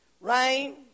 Rain